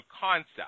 concept